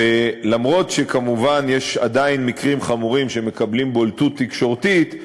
אף שכמובן יש עדיין מקרים חמורים שמקבלים בולטות תקשורתית,